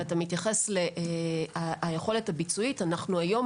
אתה מתייחס ליכולת הביצועית אנחנו היום